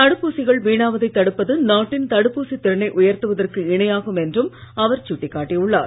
தடுப்பூசிகள் வீணாவதை தடுப்பது நாட்டின் தடுப்பூசித் திறனை உயர்த்துவதற்கு இணையாகும் என்றும் அவர் சுட்டிக்காட்டி உள்ளார்